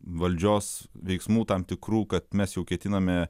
valdžios veiksmų tam tikrų kad mes jau ketiname